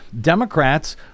Democrats